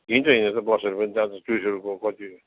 हिँड्छ हिँड्न त बसहरू पनि जान्छ टुरिस्टहरूको कति